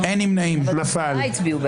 נפל.